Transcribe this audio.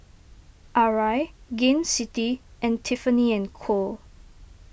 Arai Gain City and Tiffany and Co